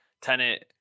tenant